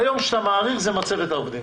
ביום שאתה מאריך, זה מצבת העובדים.